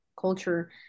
culture